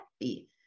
happy